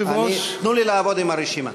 תנו לי לעבוד עם הרשימה.